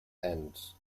ends